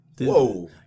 Whoa